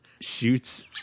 shoots